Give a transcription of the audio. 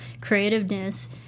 creativeness